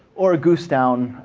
or a goose down,